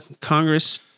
Congress